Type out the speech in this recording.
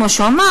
כמו שהוא אמר,